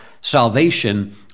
salvation